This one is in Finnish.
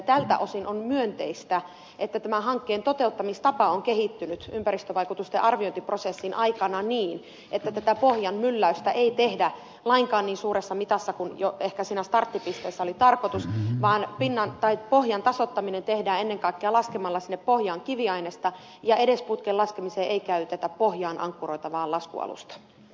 tältä osin on myönteistä että tämän hankkeen toteuttamistapa on kehittynyt ympäristövaikutusten arviointiprosessin aikana niin että tätä pohjan mylläystä ei tehdä lainkaan niin suuressa mitassa kuin ehkä siinä starttipisteessä oli tarkoitus vaan pohjan tasoittaminen tehdään ennen kaikkea laskemalla sinne pohjaan kiviainesta ja edes putken laskemiseen ei käytetä pohjaan ankkuroitavaa laskualusta